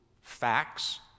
facts